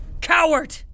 Coward